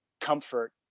comfort